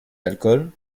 alcools